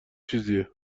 چیزیه